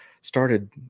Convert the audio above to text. started